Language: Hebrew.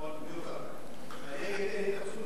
נכון, בדיוק כך.